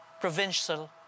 provincial